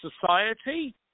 society